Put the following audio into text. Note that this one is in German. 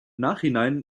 nachhinein